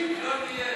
לא תהיה.